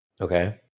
Okay